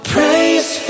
Praise